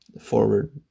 forward